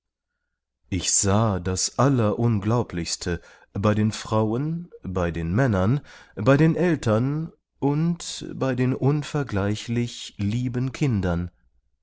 ich sah das allerunglaublichste bei den frauen bei den männern bei den eltern und bei den unvergleichlich lieben kindern